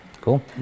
cool